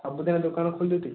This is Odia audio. ସବୁଦିନ ଦୋକାନ ଖୋଲିଛନ୍ତି